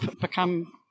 become